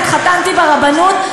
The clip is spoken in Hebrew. התחתנתי ברבנות,